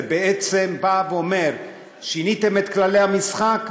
זה בעצם בא ואומר: שיניתם את כללי המשחק,